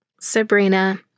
Sabrina